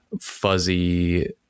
fuzzy